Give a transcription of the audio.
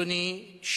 תודה, אדוני היושב-ראש.